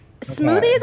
smoothies